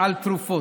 על תרופות,